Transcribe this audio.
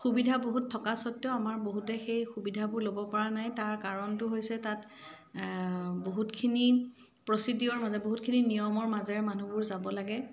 সুবিধা বহুত থকা স্বত্বেও আমাৰ বহুতে সেই সুবিধাবোৰ ল'ব পাৰা নাই তাৰ কাৰণটো হৈছে তাত বহুতখিনি প্ৰছিডিয়'ৰ মানে বহুতখিনি নিয়মৰ মাজেৰে মানুহবোৰ যাব লাগে